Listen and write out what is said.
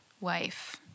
Wife